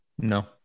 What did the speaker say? No